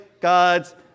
God's